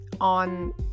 on